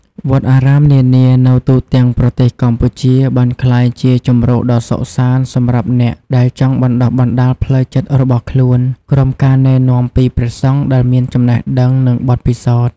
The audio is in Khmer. វត្តអារាមនានានៅទូទាំងប្រទេសកម្ពុជាបានក្លាយជាជម្រកដ៏សុខសាន្តសម្រាប់អ្នកដែលចង់បណ្តុះបណ្តាលផ្លូវចិត្តរបស់ខ្លួន ក្រោមការណែនាំពីព្រះសង្ឃដែលមានចំណេះដឹងនិងបទពិសោធន៍។